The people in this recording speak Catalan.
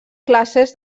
classes